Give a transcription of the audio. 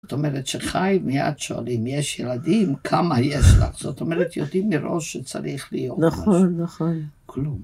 זאת אומרת שחיים, מיד שואלים, יש ילדים? כמה יש לך? זאת אומרת, יודעים מראש שצריך להיות. נכון, נכון. כלום.